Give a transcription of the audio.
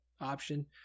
option